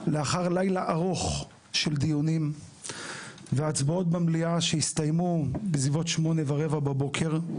לאחר לילה ארוך של דיונים והצבעות במליאה שהסתיימו בסביבות 8:15 בבוקר,